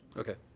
okay.